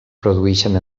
produeixen